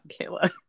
Kayla